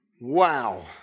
Wow